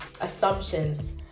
assumptions